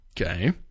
Okay